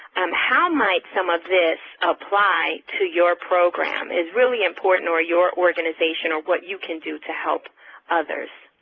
um how might some of this apply to your program is really important, or your organization, or what you can do to help others.